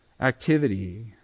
activity